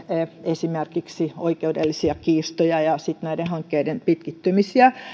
esimerkiksi oikeudellisia kiistoja ja sitten näiden hankkeiden pitkittymisiä